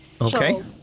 Okay